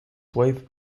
wife